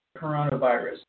coronavirus